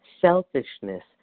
Selfishness